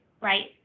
right